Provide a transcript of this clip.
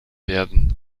werden